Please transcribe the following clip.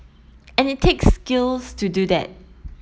and it takes skills to do that